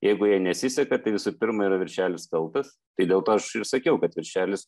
jeigu jai nesiseka tai visų pirma yra viršelis kaltas tai dėl to aš ir sakiau kad viršelis